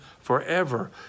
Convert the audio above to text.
forever